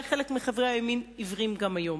חלק מחברי הימין עיוורים גם היום.